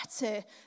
better